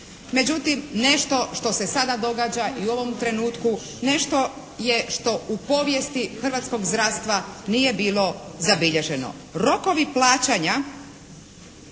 Međutim nešto što se sada događa i u ovom trenutku nešto je što u povijesti hrvatskog zdravstva nije bilo zabilježeno. Rokovi plaćanja